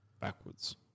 backwards